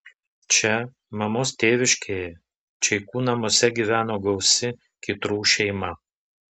čia mamos tėviškėje čeikų namuose gyveno gausi kytrų šeima